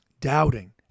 doubting